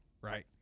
Right